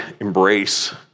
embrace